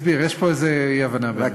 כן, לכן אני אסביר, יש פה איזו אי-הבנה בינינו.